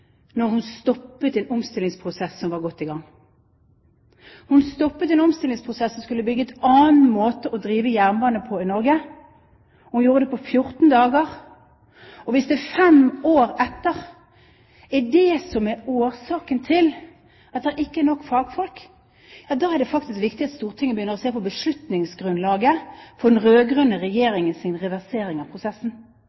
hun stoppet en omstillingsprosess som var godt i gang. Hun stoppet en omstillingsprosess som skulle bygge opp en annen måte å drive jernbane på i Norge, og hun gjorde det på 14 dager. Og hvis det fem år etter er det som er årsaken til at det ikke er nok fagfolk, er det faktisk viktig at Stortinget begynner å se på beslutningsgrunnlaget for den